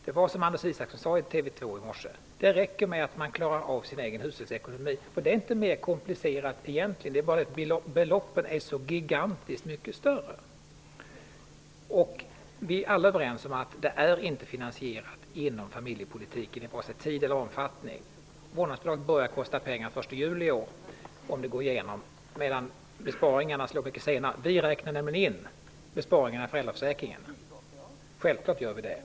Det är som Anders Isaksson sade i TV 2 i morse: Det räcker med att man klarar av sin egen hushållsekonomi. Egentligen är det inte mer komplicerat än så; det är bara beloppen som är gigantiskt mycket större. Vi är alla överens om att förslaget inte är finansierat inom familjepolitiken, vare sig i tid eller omfattning. Vårdnadsbidraget börjar kosta pengar den 1 juli i år om det går igenom, medan besparingarna slår igenom mycket senare. Vi räknar nämligen in besparingarna i föräldraförsäkringen -- självfallet.